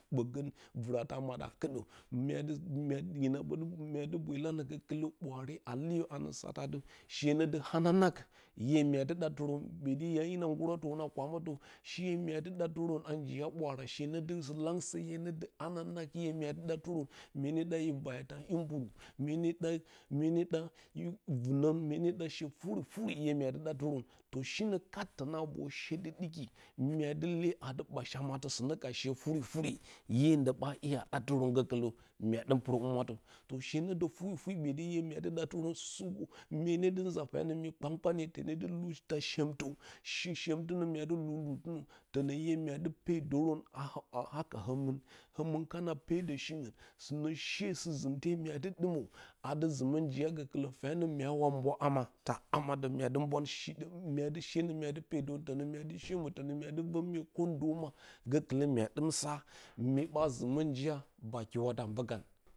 Ɓǝgǝng vɨratǝ a maɗa kɨɗǝ mya dɨ bwe lanǝ gǝkɨlǝ ɓwaare a leyǝ anǝ satǝ atɨ shee nǝ hananang ʻye mya dɨ ɗatɨrǝn ɓǝtɨ na ngguratǝn a kwamǝtǝ. shee mya dɨ ɗatɨrǝn a njiya ɓwaara shee nǝ dǝ, shilangsǝye nǝ dǝ hananang ʻye mya dɨ ɗatɨrǝn. Mye ne ɗa yǝ vayatǝ a imburu, mye ne ɗa mye ne ɗa yǝ vɨnǝn, mye e ɗa shee furi-furi ʻye mya dɨ ɗatɨrǝn, shinǝ kat tǝne a vor shee dɨ ɗɨki mya lee atɨ ɓachamatǝ sɨnǝ ka shee furi-furi ʻye ndi ɓa ɗatɨrǝn gǝkɨlǝ mya ɗɨm pɨrǝ humwatǝ shee nǝ dǝ furi-ruri ɓǝtɨ ʻye mya dɨ ɗatɨrǝn supo, mye ne dɨ nza fyanǝn, mi kpan-kpanye tǝne dɨ luu taa shemtǝ, shi shemtɨnǝ mya dɨ luu luutɨnǝ tǝnǝ ʻye mya dɨ pedǝrǝn a haka hǝmɨn, hǝmɨn kana pedǝ shingɨn tǝnǝ she sɨzɨmte mya dɨ ɗɨmǝ a dɨ zɨmǝ njiya gǝkɨlǝ fyanǝn myaawa mbwa ama taa, taa ama dǝ mya dɨ mbwanshe, mya dɨ pedǝrǝn tǝnǝ mya shemǝ tǝnǝ mya dɨ vǝ myee ko ndo ma gǝkɨlǝ mya ɗɨm sa mye ɓa zɨmǝ njiya baa kiwatǝ a mbǝ kan.